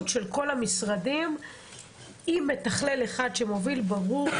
של כל המשרדים עם מתכלל אחד שמוביל ברור,